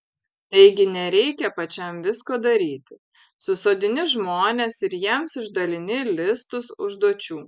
taigi nereikia pačiam visko daryti susisodini žmones ir jiems išdalini listus užduočių